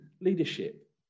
leadership